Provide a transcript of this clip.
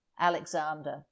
alexander